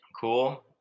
cool